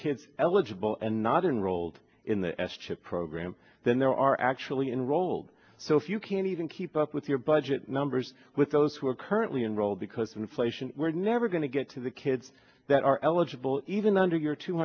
kids eligible and not unrolled in the s chip program than there are actually enrolled so if you can't even keep up with your budget numbers with those who are currently enrolled because inflation we're never going to get to the kids that are eligible even under your two